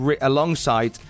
alongside